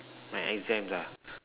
my exams ah